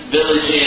Village